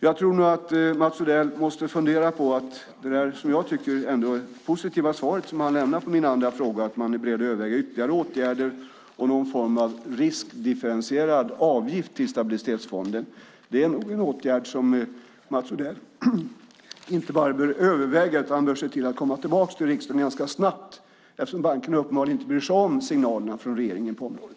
Jag tror nog att Mats Odell måste fundera på det svar som han lämnar på min andra fråga, som jag ändå tycker är positivt, att man är beredd att överväga ytterligare åtgärder och någon form av riskdifferentierad avgift till stabilitetsfonden. Det är en åtgärd som Mats Odell inte bara bör överväga, utan han bör se till att ganska snabbt komma tillbaka till riksdagen, eftersom bankerna uppenbarligen inte bryr sig om signalerna från regeringen på området.